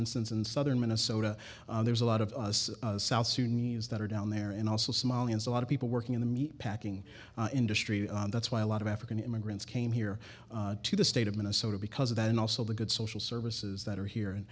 instance in southern minnesota there's a lot of south sudanese that are down there and also somalians a lot of people working in the meat packing industry that's why a lot of african immigrants came here to the state of minnesota because of that and also the good social services that are here and